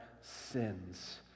sins